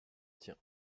tien